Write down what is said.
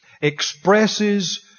expresses